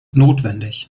notwendig